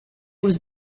was